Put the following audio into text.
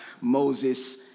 Moses